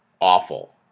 awful